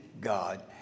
God